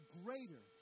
greater